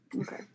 Okay